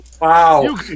Wow